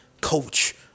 coach